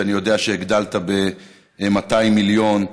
שאני יודע שהגדלת ב-200 מיליון,